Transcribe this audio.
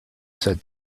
said